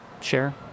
share